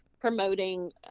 promoting